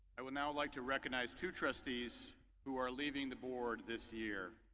i would now like to recognize two trustees who are leaving the board this year.